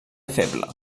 feble